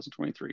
2023